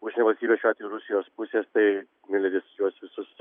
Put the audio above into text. užsienio valstybės šiuo atveju rusijos pusės tai miuleris juos visus